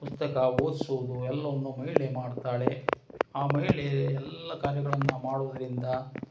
ಪುಸ್ತಕ ಓದಿಸೋದು ಎಲ್ಲವನ್ನು ಮಹಿಳೆ ಮಾಡುತ್ತಾಳೆ ಆ ಮಹಿಳೆ ಎಲ್ಲ ಕಾರ್ಯಗಳನ್ನು ಮಾಡುವುದರಿಂದ